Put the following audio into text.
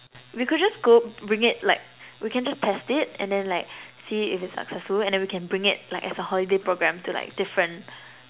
we could just go bring it like we can just test it and then like see if it's successful and we can bring it like as a holiday program to like different